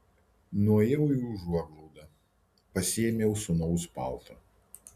nuėjau į užuoglaudą pasiėmiau sūnaus paltą